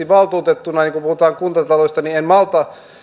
valtuutettuna kun puhutaan kuntataloudesta en malta